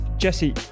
Jesse